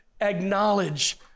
Acknowledge